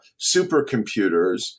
supercomputers